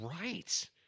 right